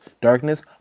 Darkness